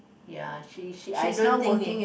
yeah she she I don't think it